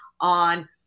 on